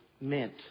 meant